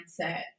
mindset